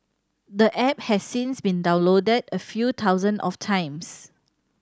the app has since been downloaded a few thousands of times